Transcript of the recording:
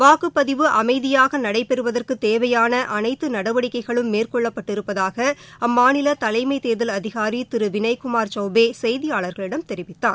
வாக்குப்பதிவு அமைதிபாக நடைபெறுவதற்கு தேவையாள அனைத்து நடவடிக்கைகளும் மேற்கொள்ளப்பட்டிருப்பதாக அம்மாநில தலைமை தேர்தல் அதிகாரி திரு வினய்குமார் சௌவ்பே செய்தியாளர்களிடம் தெரிவித்தார்